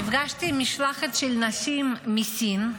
נפגשתי עם משלחת של נשים מסין,